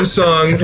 song